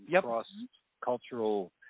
cross-cultural